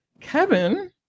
Kevin